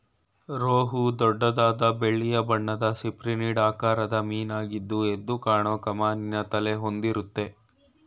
ರೋಹು ದೊಡ್ಡದಾದ ಬೆಳ್ಳಿಯ ಬಣ್ಣದ ಸಿಪ್ರಿನಿಡ್ ಆಕಾರದ ಮೀನಾಗಿದ್ದು ಎದ್ದುಕಾಣೋ ಕಮಾನಿನ ತಲೆ ಹೊಂದಿರುತ್ತೆ